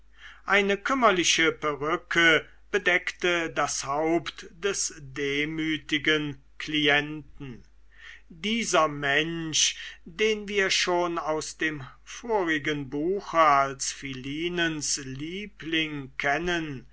eine kümmerliche perücke bedeckte das haupt des demütigen klienten dieser mensch den wir schon aus dem vorigen buche als philinens liebling kennen